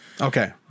Okay